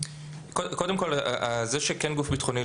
קודם כול זה שכן גוף ביטחוני,